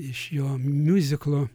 iš jo miuziklo